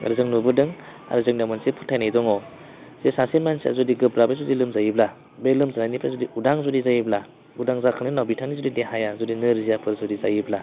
आरो जों नुबोदों आरो जोंनियाव मोनसे फोथायनाय दङ जे सासे मानसिया जुदि गोब्राबै जुदि लोमजायोब्ला बे लोमजानायनिफ्राय जुदि उदां जुदि जायोब्ला उदां जाखांनायनि उनाव बिथांनि जुदि देहाया जुदि नोरजियाफोर जुदि जायोब्ला